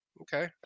Okay